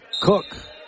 Cook